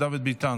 ביטן,